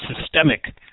systemic